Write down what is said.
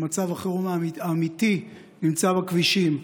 מצב החירום האמיתי נמצא בכבישים.